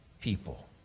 people